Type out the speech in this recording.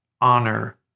honor